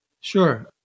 Sure